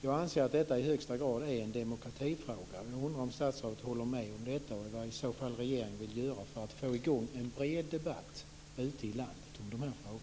Jag anser att detta i högsta grad är en demokratifråga. Jag undrar om statsrådet håller med om det och vad regeringen i så fall vill göra för att få i gång en bred debatt ute i landet om dessa frågor.